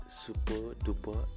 super-duper